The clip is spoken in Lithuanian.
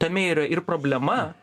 tame yra ir problema